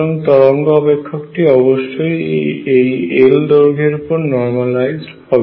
সুতরাং তরঙ্গ অপেক্ষকটি অবশ্যই এই L দৈর্ঘ্যের উপর নর্মালাইজড হবে